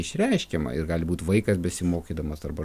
išreiškiama ir gali būt vaikas besimokydamas arba